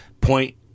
point